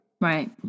Right